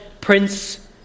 prince